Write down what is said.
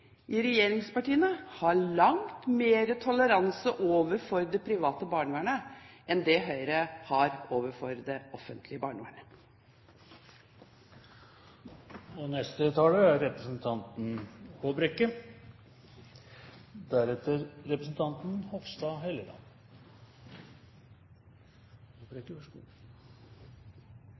i regjeringspartiene har langt mer toleranse overfor det private barnevernet enn det Høyre har overfor det offentlige barnevernet.